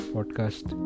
Podcast